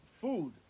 food